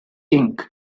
inc